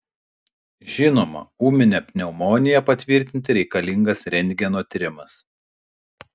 žinoma ūminę pneumoniją patvirtinti reikalingas rentgeno tyrimas